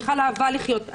מיכל אהבה לחיות.